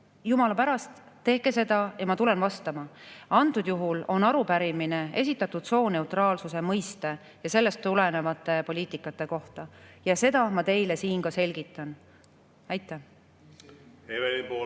jumala pärast, tehke seda ja ma tulen vastama. Antud juhul on arupärimine esitatud sooneutraalsuse mõiste ja sellest tulenevate poliitikate kohta. Seda ma teile siin ka selgitan. Evelin